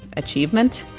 achievement?